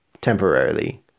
temporarily